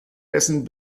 essen